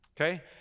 okay